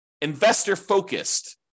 investor-focused